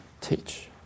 teach